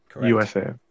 USA